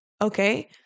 okay